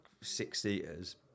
six-seaters